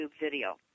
video